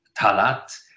Talat